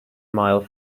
mile